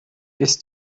ist